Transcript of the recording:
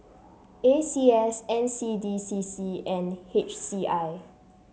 A C S N C D C C and H C I